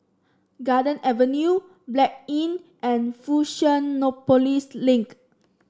Garden Avenue Blanc Inn and Fusionopolis Link